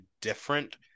different